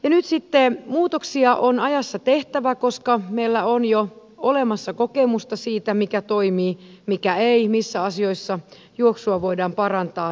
nyt sitten muutoksia on ajassa tehtävä koska meillä on jo olemassa kokemusta siitä mikä toimii mikä ei missä asioissa juoksua voidaan parantaa